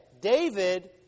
David